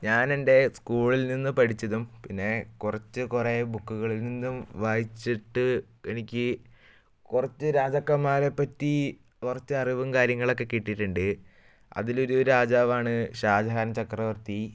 ഞാനെൻ്റെ സ്കൂളിൽ നിന്ന് പഠിച്ചതും പിന്നെ കുറച്ച് കുറെ ബുക്കുകളിൽ നിന്നും വായിച്ചിട്ട് എനിക്ക് കുറച്ച് രാജാക്കന്മാരെ പറ്റി കുറച്ച് അറിവും കാര്യങ്ങളും ഒക്കെ കിട്ടിയിട്ടുണ്ട് അതിലൊര് രാജാവാണ് ഷാജഹാൻ ചക്രവർത്തി